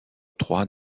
trois